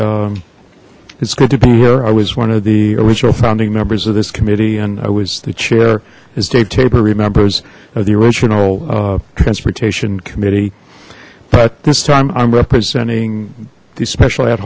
and it's good to be here i was one of the original founding members of this committee and i was the chair dave tabor remembers of the original transportation committee but this time i'm representing the special